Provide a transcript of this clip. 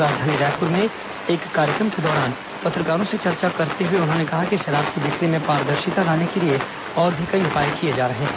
राजधानी रायपुर में आयोजित एक कार्यक्रम के दौरान पत्रकारों से चर्चा करते हए उन्होंने कहा कि शराब की बिक्री में पारदर्शिता लाने के लिए और भी कई उपाए किए जा रहे हैं